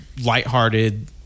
lighthearted